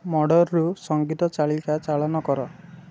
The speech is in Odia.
ମଡ଼ର୍ରରୁ ସଙ୍ଗୀତ ଚାଲିକା ଚାଳନ କର